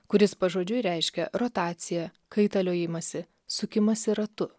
kuris pažodžiui reiškia rotacija kaitaliojimąsi sukimąsi ratu